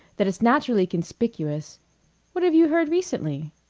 that it's naturally conspicuous what have you heard recently?